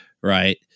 right